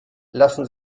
lassen